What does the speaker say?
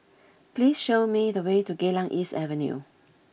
please show me the way to Geylang East Avenue